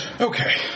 Okay